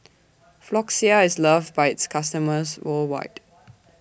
Floxia IS loved By its customers worldwide